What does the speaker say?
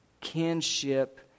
kinship